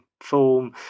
form